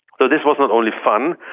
so this was not only fun,